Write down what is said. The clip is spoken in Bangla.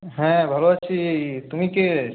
হ্যাঁ ভালো আছি তুমি কে